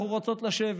אנחנו רוצות לשבת.